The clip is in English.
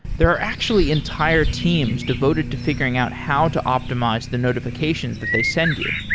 there are actually entire teams devoted to figuring out how to optimize the notifications that they send you.